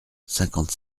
cinquante